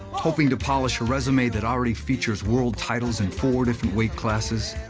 hoping to polish a resume that already features world titles in four different weight classes,